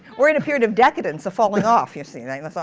we're in a period of decadence, a falling-off, you see. and like and so